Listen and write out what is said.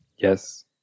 Yes